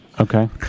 Okay